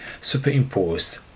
superimposed